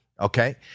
Okay